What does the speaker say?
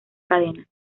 cadena